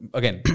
again